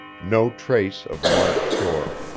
no trace of mark shore.